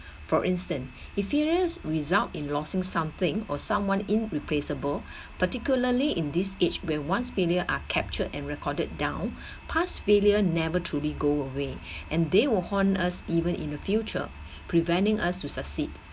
for instance in furious result in losing something or someone in replaceable particularly in this age where once failure are captured and recorded down past failures never truly go away and they will haunt us even in the future preventing us to succeed